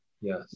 Yes